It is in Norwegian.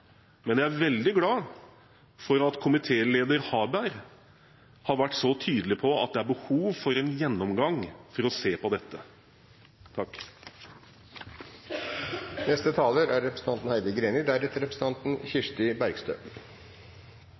men jeg er veldig glad for at komitéleder Harberg har vært tydelig på at det er behov for en gjennomgang for å se på dette.